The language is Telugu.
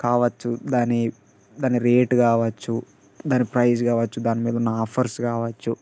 కావచ్చు దాని దాని రేట్ కావచ్చు దాని ప్రైస్ కావచ్చు దానిమీద ఉన్న ఆఫర్స్ కావచ్చు